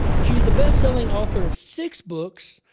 she's the best-selling author of six books,